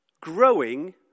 growing